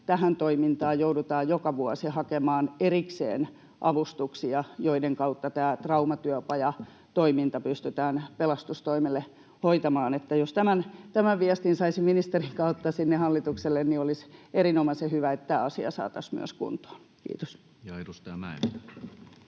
tähän toimintaan joudutaan joka vuosi hakemaan erikseen avustuksia, joiden kautta traumatyöpajatoiminta pystytään pelastustoimelle hoitamaan. Jos tämän viestin saisi ministerin kautta hallitukselle, niin olisi erinomaisen hyvä, että tämä asia saataisiin myös kuntoon. — Kiitos.